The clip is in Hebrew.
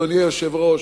אדוני היושב-ראש,